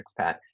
expat